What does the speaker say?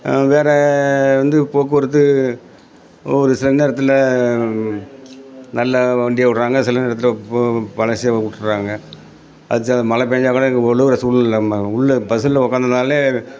வேறே வந்து போக்குவரத்து ஒரு சில நேரத்தில் நல்லா வண்டியவிட்றாங்க சில நேரத்தில் ப பழசே விட்டுர்றாங்க அது சில மழை பெஞ்சா கூட ஒழுகுற சூழ்நிலைம ம உள்ள பஸ்ஸில் உட்காந்துருந்தாலே